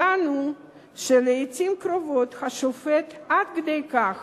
טענו שלעתים קרובות השופט עד כדי כך